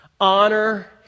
honor